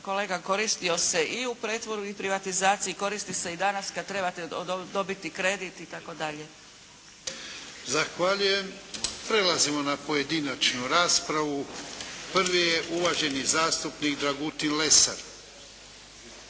kolega koristio se i u pretvorbi i privatizaciji i koristi se i danas kada trebate dobiti kredit itd.. **Jarnjak, Ivan (HDZ)** Zahvaljujem. Prelazimo na pojedinačnu raspravu. Prvi je uvaženi zastupnik Dragutin Lesar.